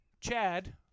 Chad